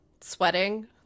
Sweating